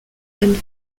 and